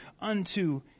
unto